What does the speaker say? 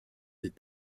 des